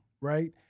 right